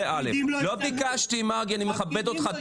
אני לא אהסס להוציא אנשים מיידית.